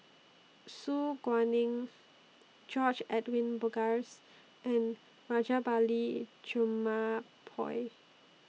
Su Guaning George Edwin Bogaars and Rajabali Jumabhoy